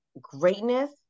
greatness